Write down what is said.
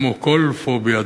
כמו כל פוביה,